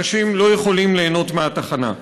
אנשים לא יכולים ליהנות מהתחנה.